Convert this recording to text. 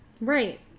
right